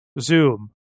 Zoom